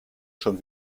schon